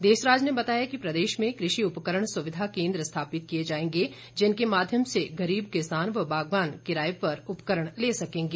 देसराज ने बताया कि प्रदेश में कृषि उपकरण सुविधा केन्द्र स्थापित किए जाएंगे जिनके माध्यम से गरीब किसान व बागवान किराए पर उपकरण ले सकेंगे